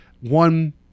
one